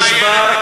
נשבר,